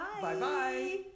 Bye-bye